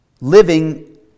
living